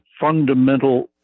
fundamental